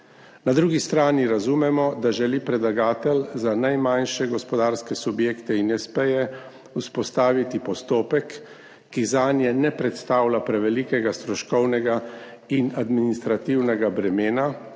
Na drugi strani razumemo, da želi predlagatelj za najmanjše gospodarske subjekte in espeje vzpostaviti postopek, ki zanje ne predstavlja prevelikega stroškovnega in administrativnega bremena,